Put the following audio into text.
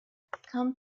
come